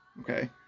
okay